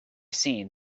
seen